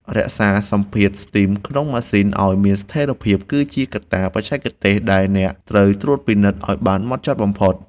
រក្សាសម្ពាធស្ទីមក្នុងម៉ាស៊ីនឱ្យមានស្ថេរភាព គឺជាកត្តាបច្ចេកទេសដែលអ្នកត្រូវត្រួតពិនិត្យឱ្យបានហ្មត់ចត់បំផុត។